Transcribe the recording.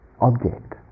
object